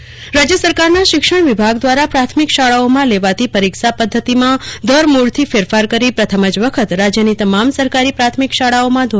શાળા બાહ્યમૂલ્યાંકન રાજ્ય સરકારના શિક્ષણ વિભાગ દ્વારા પ્રાથમિક શાળાઓમાં લેવાતી પરીક્ષા પદ્વતિમાં ધરમૂળથી ફેરફાર કરી પ્રથમ જ વખત રાજ્યની તમામ સરકારી પ્રાથમિક શાળાઓમાં ધો